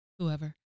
whoever